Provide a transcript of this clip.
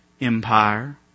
empire